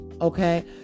okay